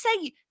say